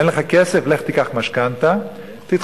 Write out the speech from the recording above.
אין לך כסף, לך תיקח משכנתה ותתחייב.